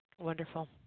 Wonderful